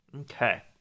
Okay